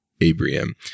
Abraham